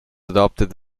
adopted